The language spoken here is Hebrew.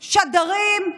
שדרים.